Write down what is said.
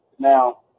Now